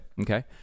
okay